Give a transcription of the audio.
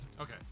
Okay